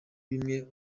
bimwe